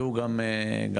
שנפגעו גם הם,